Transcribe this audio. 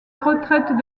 retraite